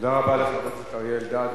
תודה רבה לחבר הכנסת אריה אלדד,